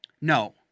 No